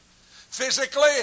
Physically